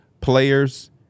players